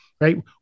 right